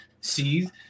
see